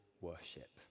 worship